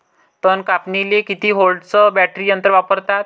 तन कापनीले किती व्होल्टचं बॅटरी यंत्र वापरतात?